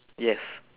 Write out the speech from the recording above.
yes